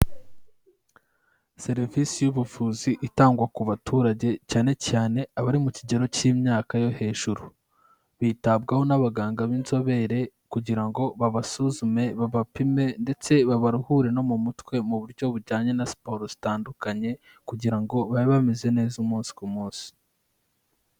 Serivisi y'ubuvuzi itangwa ku baturage cyane cyane abari mu kigero k'imyaka yo hejuru, bitabwaho n'abaganga b'inzobere kugira ngo babasuzume, babapime, ndetse babaruhure no mu mutwe mu buryo bujyanye na siporo zitandukanye kugira ngo babe bameze neza umunsi ku munsi.